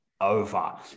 over